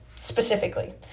specifically